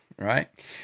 right